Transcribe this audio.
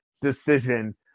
decision